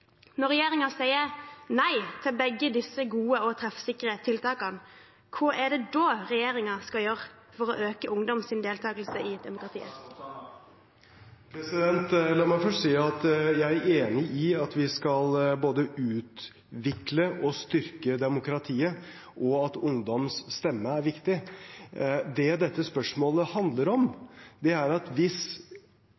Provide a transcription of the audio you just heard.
Når regjeringen sier nei til begge disse gode og treffsikre tiltakene, hva er det da regjeringen skal gjøre for å øke ungdoms deltakelse i demokratiet? La meg først si at jeg er enig i at vi skal både utvikle og styrke demokratiet, og at ungdoms stemme er viktig. Det dette spørsmålet handler om,